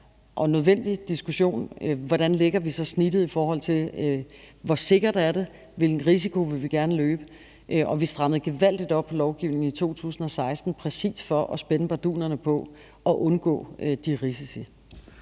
og nødvendig diskussion, hvordan vi så lægger snittet, i forhold til hvor sikkert det er, og hvilken risiko vi gerne vil løbe. Vi strammede gevaldigt op på lovgivningen i 2016 præcis for at spænde bardunerne for at undgå de risici.